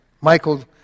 Michael